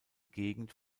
gegend